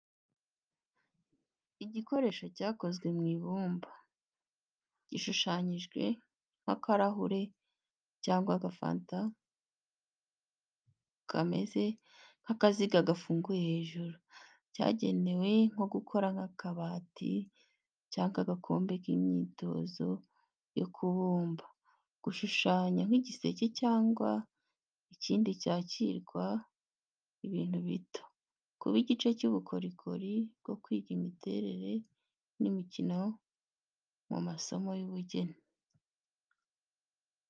Igikoresho cyakozwe mu ibumba, gishushanyije nk'akarahure cyangwa agafata kameze nk’akaziga gafunguye hejuru. Cyagenewe nko gukora nk’akabati cyangwa agakombe k’imyitozo yo kubumba. Gushushanya nk'igiseke cyangwa ikibindi cyakirwa ibintu bito. Kuba igice cy’ubukorikori bwo kwiga imiterere n’imikono mu masomo y’ubugeni.